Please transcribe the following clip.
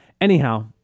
anyhow